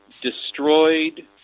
destroyed